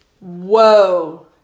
whoa